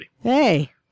Hey